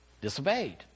disobeyed